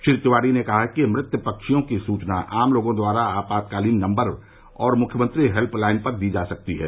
श्री तिवारी ने कहा कि मृत पक्षियों की सूचना आम लोगों द्वारा आपातकालीन नम्बर और मुख्यमंत्री हेल्पलाइन पर दी जा सकती है